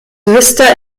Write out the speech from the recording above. vista